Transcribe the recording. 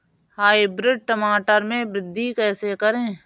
Hybrid टमाटर में वृद्धि कैसे करें?